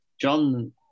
John